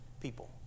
people